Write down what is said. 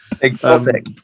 Exotic